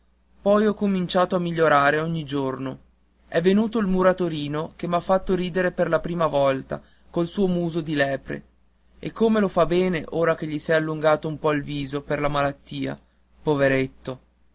poi ho cominciato a migliorare ogni giorno è venuto il muratorino che m'ha rifatto ridere per la prima volta col suo muso lepre e come lo fa bene ora che gli s'è allungato un po il viso per la malattia poveretto